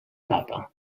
papa